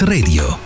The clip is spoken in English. Radio